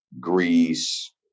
Greece